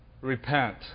repent